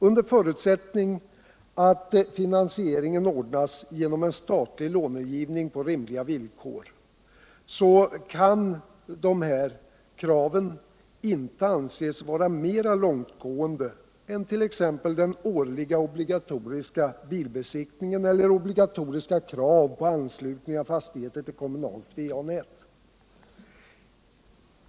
Under förutsättning att finansieringen ordnas genom statlig långivning på rimliga villkor, kan dessa krav inte anses vara mera långtgående än t.ex. den årliga obligatoriska bilbesiktningen eller obligatoriska krav på anslutning av fastigheter till ett kommunalt VA nät.